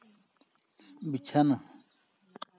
ᱵᱤᱪᱷᱟᱱᱟ